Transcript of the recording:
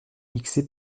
mixé